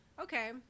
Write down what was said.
Okay